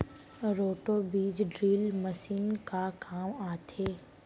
Roto बीज drill machine का काम आथे?